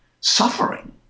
suffering